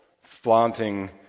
flaunting